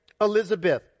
Elizabeth